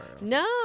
No